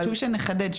חשוב שנחדד,